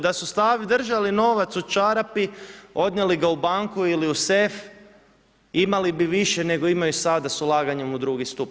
Da su držali novac u čarapi odnijeli ga u banku ili u sef, imali bi više, nego imaju sada sa ulaganjem u drugi stup.